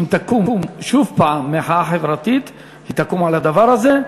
אם תקום שוב מחאה חברתית היא תקום על הדבר הזה,